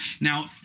now